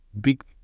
big